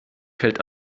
fällt